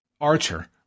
Archer